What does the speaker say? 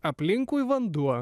aplinkui vanduo